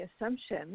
assumption